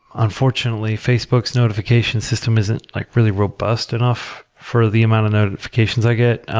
unfortunately facebook's notification system isn't like really robust enough for the amount of notifications i get.